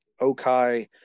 Okai